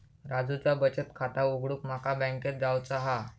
राजूचा बचत खाता उघडूक माका बँकेत जावचा हा